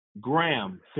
Graham